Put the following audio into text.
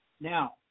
Now